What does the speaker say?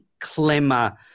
clemmer